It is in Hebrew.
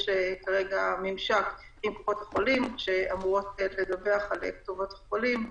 כרגע יש ממשק עם קופות-החולים שאמורות לדווח על כתובות החולים,